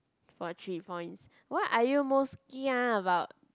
for three points what are you most kia about